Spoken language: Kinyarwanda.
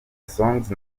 songz